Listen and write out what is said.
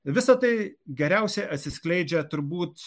visa tai geriausiai atsiskleidžia turbūt